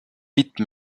pete